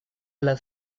las